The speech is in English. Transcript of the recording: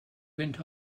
went